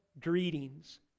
Greetings